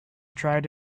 tried